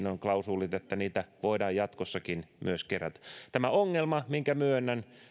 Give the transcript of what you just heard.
on klausuulit että vanhoja keräilyaseita voidaan jatkossakin kerätä tämä ongelma minkä myönnän